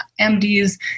MDs